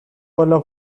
بالا